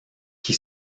qui